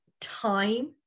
time